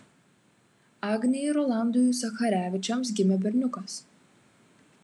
agnei ir rolandui zacharevičiams gimė berniukas